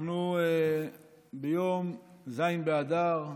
אנחנו ביום ז' באדר,